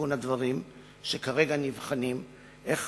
לתיקון הדברים שכרגע נבחנות, איך